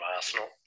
Arsenal